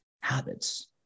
habits